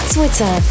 Twitter